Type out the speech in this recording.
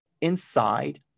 inside